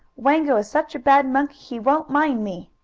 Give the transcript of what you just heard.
wango is such a bad monkey he won't mind me!